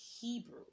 Hebrew